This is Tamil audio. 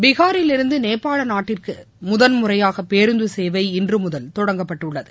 பீகாரில் இருந்து நேபாள நாட்டிற்கு முதல் முறையாக பேருந்து சேவை இன்று முதல் தொடங்கப்பட்டுள்ளது